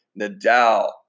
Nadal